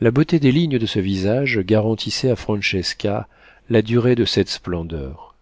la beauté des lignes de ce visage garantissait à francesca la durée de cette splendeur